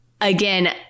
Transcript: again